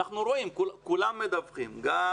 כולם מדווחים גם